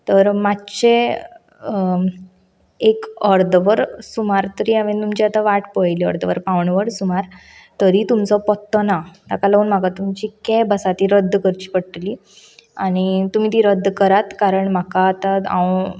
तर मातशे एक अर्दवर सुमार तरी हांवेंन तुमची आतां वाट पळयली अर्द वर पाउण वर सुमार तरी तुमचो पत्तो ना ताका म्हाका तुमची कॅब आसा ती रद्द करची पडटली आनी तुमी ती रद्द करात कारण म्हाका आतां हांव